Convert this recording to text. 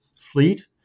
fleet